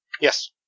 Yes